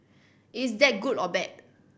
is that good or bad